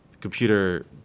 computer